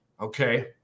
Okay